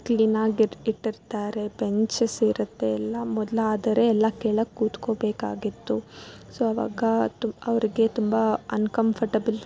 ಕ್ಲೀನಾಗಿ ಇಟ್ಟಿರ್ತಾರೆ ಬೆಂಚಸ್ ಇರುತ್ತೆ ಎಲ್ಲ ಮೊದಲಾದ್ರೆ ಎಲ್ಲ ಕೆಳಗೆ ಕೂತ್ಕೋಬೇಕಾಗಿತ್ತು ಸೊ ಅವಾಗ ತುಂ ಅವರಿಗೆ ತುಂಬ ಅನ್ಕಂಫರ್ಟೆಬಲ್